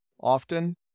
often